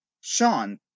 Sean